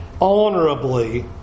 honorably